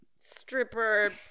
stripper